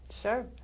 Sure